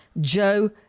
Joe